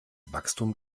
wachstum